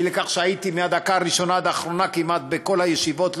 והייתי מהדקה הראשונה עד האחרונה כמעט בכל הישיבות,